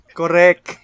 correct